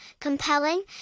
compelling